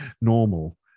normal